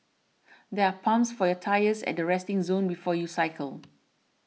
there are pumps for your tyres at the resting zone before you cycle